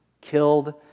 killed